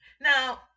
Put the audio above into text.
Now